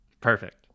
Perfect